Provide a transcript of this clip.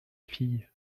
fille